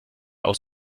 aus